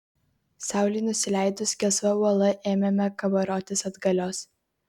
saulei nusileidus gelsva uola ėmėme kabarotis atgalios